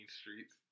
Streets